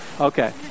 okay